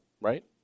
right